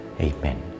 Amen